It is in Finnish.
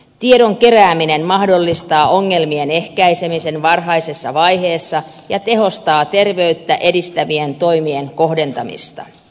tiedon kerääminen mahdollistaa ongelmien ehkäisemisen varhaisessa vaiheessa ja tehostaa terveyttä edistävien toimien kohdentamista